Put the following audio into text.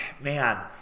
man